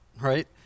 right